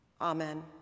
Amen